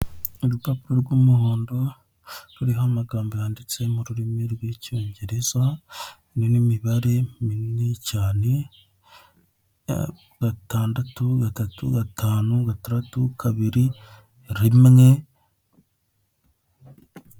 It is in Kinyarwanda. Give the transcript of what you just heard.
Urupapuro rw'umuhondo ruriho amagambo yanditse mu rurimi rw'icyongereza n'imibare minini cyane gatandatu gatatu gatanu gatandatu kabiri rimwe.